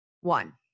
One